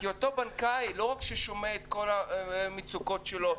כי אותו בנקאי לא רק ששומע את כל המצוקות שלו,